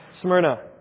Smyrna